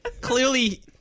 Clearly